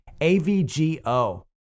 AVGO